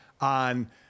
on